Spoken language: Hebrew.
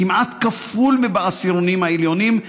וזה כמעט כפול מבעשירונים העליונים.